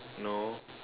no